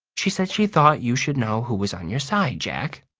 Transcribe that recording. she said she thought you should know who was on your side, jack.